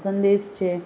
સંદેશ છે